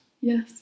yes